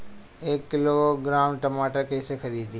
एक किलोग्राम टमाटर कैसे खरदी?